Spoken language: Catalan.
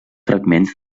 fragments